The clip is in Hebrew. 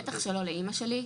בטח שלא לאימא שלי,